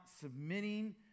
submitting